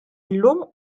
illum